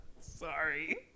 Sorry